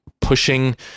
pushing